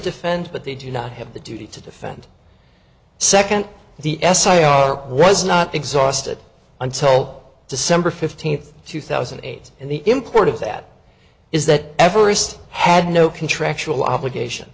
defend but they do not have the duty to defend second the essay are was not exhausted and tell december fifteenth two thousand and eight and the import of that is that everest had no contractual obligation